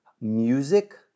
music